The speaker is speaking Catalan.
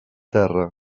terra